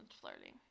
flirting